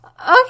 okay